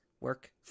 work